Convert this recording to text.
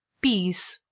peas.